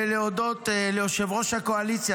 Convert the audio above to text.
ליושב-ראש הקואליציה,